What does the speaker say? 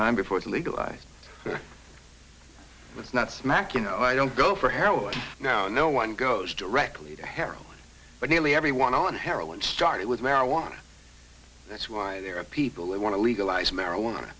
time before it legalized let's not smack you know i don't go for heroin now no one goes directly to heroin but nearly everyone on heroin started with marijuana that's why there are people that want to legalize marijuana